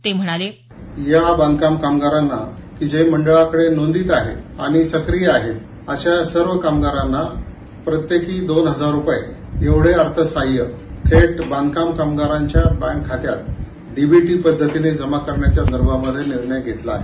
ते म्हणाले या बांधकाम कामगारांना की जे मंडळाकडे नोंदीत आहेत आणि सक्रीय आहेत अशा सर्व कामगारांना प्रत्येकी दोन हजार रूपये एवढे अर्थसहाय्य थेट बांधकाम कामगारांच्या बँक खात्यात डीबीटी पध्दतीने जमा करण्याच्या संदर्भाने निर्णय घेतला आहे